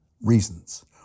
reasons